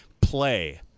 play